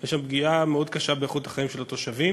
יש שם פגיעה מאוד קשה באיכות החיים של התושבים.